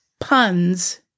puns